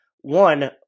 one